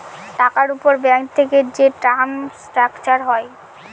টাকার উপর ব্যাঙ্ক থেকে যে টার্ম স্ট্রাকচার হয়